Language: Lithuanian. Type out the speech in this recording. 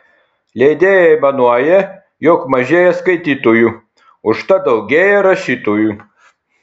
leidėjai aimanuoja jog mažėja skaitytojų užtat daugėja rašytojų